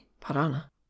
parana